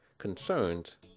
concerns